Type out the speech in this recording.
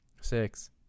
Six